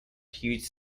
huge